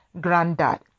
granddad